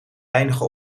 eindigen